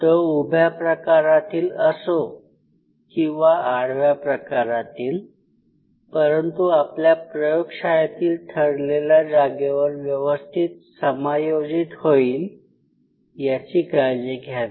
तो उभ्या प्रकारातील असो किंवा आडव्या प्रकारातील परंतु आपल्या प्रयोगशाळेतील ठरलेल्या जागेवर व्यवस्थित समायोजित होईल याची काळजी घ्यावी